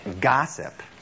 gossip